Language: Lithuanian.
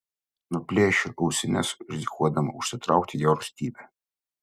nuplėšiu ausines rizikuodama užsitraukti jo rūstybę